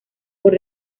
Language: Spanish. por